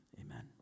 Amen